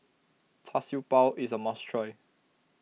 Char Siew Bao is a must try